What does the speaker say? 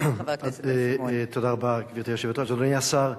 גברתי היושבת-ראש, תודה רבה, אדוני השר,